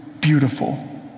beautiful